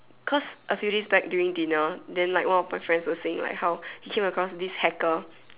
cause a few days back during dinner then like one of my friends was saying like how he came across this hacker